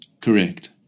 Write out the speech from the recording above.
Correct